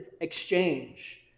exchange